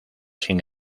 sin